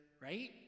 right